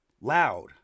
loud